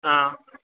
ஆ